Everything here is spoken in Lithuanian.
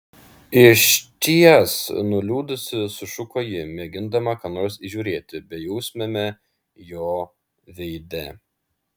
išties nuliūdusi sušuko ji mėgindama ką nors įžiūrėti bejausmiame jo veide